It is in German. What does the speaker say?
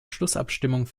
schlussabstimmung